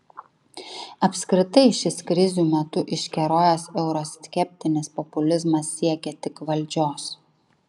apskritai šis krizių metu iškerojęs euroskeptinis populizmas siekia tik valdžios